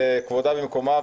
כבודה במקומה,